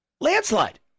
Landslide